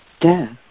Death